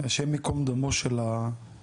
השם יקום דמו של הנרצח